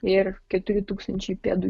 ir keturi tūkstančiai pėdų